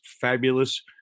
fabulous